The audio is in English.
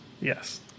Yes